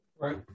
Right